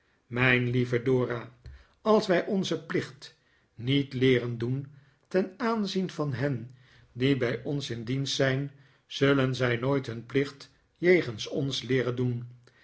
mijn lieve dora als wij onzen plicht niet leeren doen ten aanzien van hen die bij ons in dienst zijn zullen zij nooit hun plicht jegens ons leeren doen